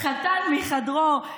חתן מחדרו,